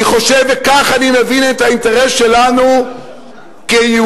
כך אני מבין את האינטרס שלנו כיהודי,